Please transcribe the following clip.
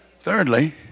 Thirdly